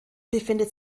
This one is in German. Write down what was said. befindet